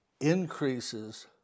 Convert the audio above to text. increases